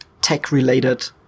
tech-related